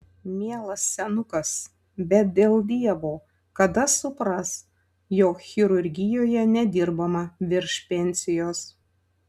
mielas senukas bet dėl dievo kada supras jog chirurgijoje nedirbama virš pensijos